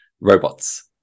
robots